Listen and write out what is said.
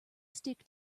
stick